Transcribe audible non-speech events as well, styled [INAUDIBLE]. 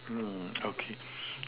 mm [NOISE] okay